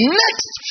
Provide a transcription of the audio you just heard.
next